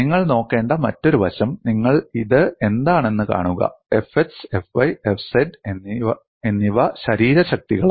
നിങ്ങൾ നോക്കേണ്ട മറ്റൊരു വശം നിങ്ങൾ ഇത് എന്താണെന്ന് കാണുക Fx Fy Fz എന്നിവ ശരീരശക്തികളാണ്